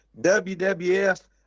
WWF